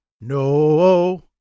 no